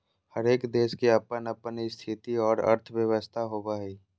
हरेक देश के अपन अपन स्थिति और अर्थव्यवस्था होवो हय